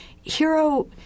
Hero